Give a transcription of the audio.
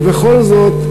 ובכל זאת,